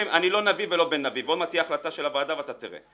אני לא נביא ולא בן נביא ועוד מעט תהיה ההחלטה של הוועדה ואתה תראה.